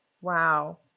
Wow